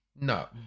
No